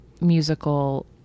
musical